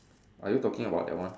are you talking about that one